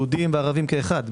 יהודים וערבים כאחד.